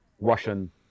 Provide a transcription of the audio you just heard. Russian